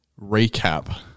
recap